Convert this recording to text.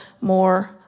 more